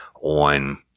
on